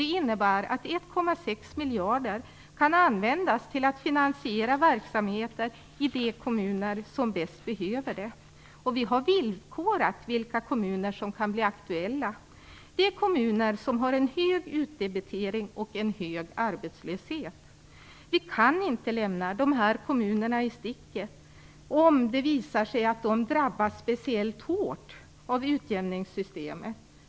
Det innebär att 1,6 miljarder kronor kan användas till att finansiera verksamheter i de kommuner som bäst behöver det. Vi har villkorat vilka kommuner som kan bli aktuella. Det är kommuner som har en hög utdebitering och en hög arbetslöshet. Vi kan inte lämna dessa kommuner i sticket om det visar sig att de drabbas speciellt hårt av utjämningssystemet.